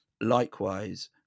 Likewise